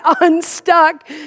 unstuck